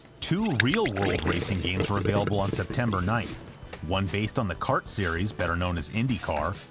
two real-world racing games were available on september ninth one based on the cart series, better-known as indycar,